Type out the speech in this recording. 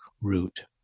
root